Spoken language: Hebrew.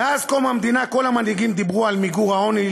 מאז קום המדינה כל המנהיגים דיברו על מיגור העוני.